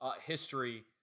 History